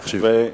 תחשיב.